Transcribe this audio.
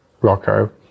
Rocco